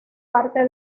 parte